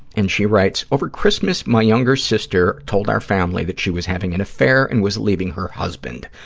and she writes, over christmas, my younger sister told our family that she was having an affair and was leaving her husband.